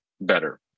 better